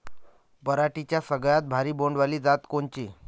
पराटीची सगळ्यात भारी बोंड वाली जात कोनची?